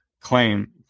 claim